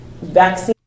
vaccine